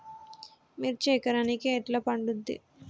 మిర్చి ఎకరానికి ఎట్లా పండుద్ధి?